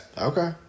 Okay